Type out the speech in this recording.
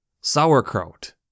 sauerkraut